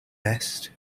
nest